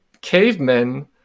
cavemen